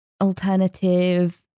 alternative